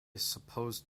supposed